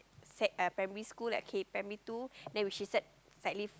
sec~ uh primary school at key primary two which is sec